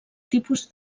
tipus